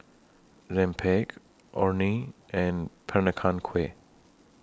Rempeyek Orh Nee and Peranakan Kueh